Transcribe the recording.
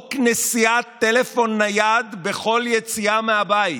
חוק נשיאת טלפון נייד בכל יציאה מהבית.